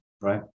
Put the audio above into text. right